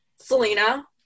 Selena